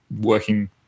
working